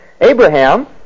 Abraham